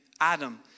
Adam